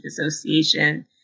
Association